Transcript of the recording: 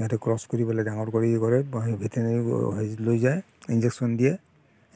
সিহঁতে ক্ৰছ কৰি পেলাই ডাঙৰ কৰি ই কৰে ভেটেইনেৰী হেৰিত লৈ যায় ইনজেকশ্যন দিয়ে